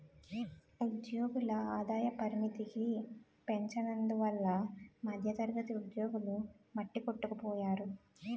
ఉద్యోగుల ఆదాయ పరిమితికి పెంచనందువల్ల మధ్యతరగతి ఉద్యోగులు మట్టికొట్టుకుపోయారు